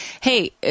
hey